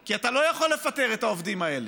כי אתה לא יכול לפטר את העובדים האלה.